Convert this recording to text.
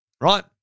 right